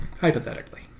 hypothetically